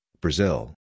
Brazil